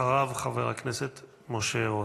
אחריו, חבר הכנסת משה רוט.